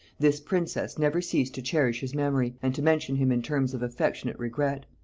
this princess never ceased to cherish his memory, and to mention him in terms of affectionate regret.